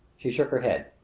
she shook her head.